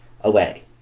away